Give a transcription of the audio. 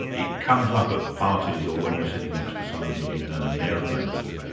and it comes up at parties or when you're sitting next to somebody in ah an aeroplane, does it?